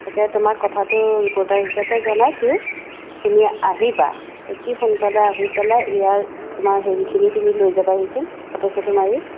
তাকে তোমাক কথাটো ৰিপ'ৰ্টাৰ হিচাপে জনাইছোঁ তুমি আহিবা অতি সোনকালে আহি পেলাই ইয়াৰ আমাৰ হেৰিখিনি তুমি লৈ যাবাহিচোন ফটো চটো মাৰি